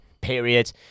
period